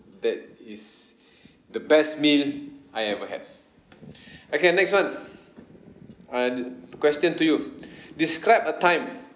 that is the best meal I ever had okay next one uh the the question to you describe a time